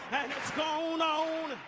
and it's gone on.